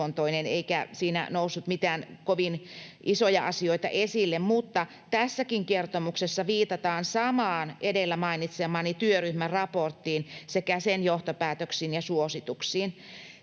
eikä siinä noussut mitään kovin isoja asioita esille. Mutta tässäkin kertomuksessa viitataan samaan edellä mainitsemani työryhmän raporttiin sekä sen johtopäätöksiin ja suosituksiin.